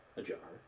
ajar